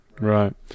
Right